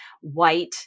white